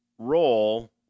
Role